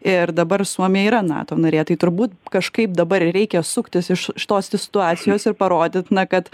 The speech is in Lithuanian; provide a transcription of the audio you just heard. ir dabar suomija yra nato narė tai turbūt kažkaip dabar reikia suktis iš šitos situacijos ir parodyt na kad